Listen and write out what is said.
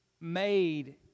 made